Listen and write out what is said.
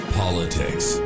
politics